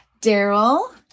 daryl